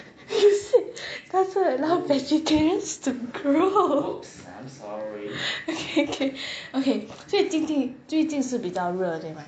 you said doesn't allow vegetarians to grow okay okay okay 最所以最近是比较热的吗